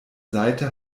seite